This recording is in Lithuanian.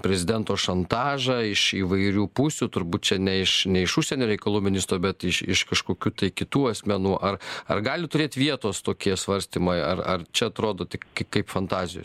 prezidento šantažą iš įvairių pusių turbūt čia ne iš ne iš užsienio reikalų ministro bet iš iš kažkokių tai kitų asmenų ar ar gali turėt vietos tokie svarstymai ar ar čia atrodo tik kaip fantazijos